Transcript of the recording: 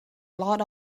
lot